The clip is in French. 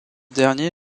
dernier